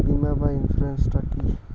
বিমা বা ইন্সুরেন্স টা কি?